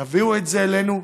תביאו את זה אלינו.